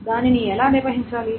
దానిని ఎలా నిర్వహించాలి